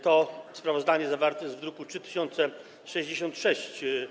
To sprawozdanie zawarte jest w druku nr 3066.